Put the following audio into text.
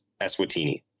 eswatini